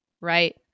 right